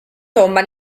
tomba